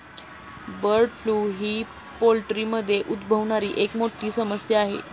bird flu ही पोल्ट्रीमध्ये उद्भवणारी एक मोठी समस्या आहे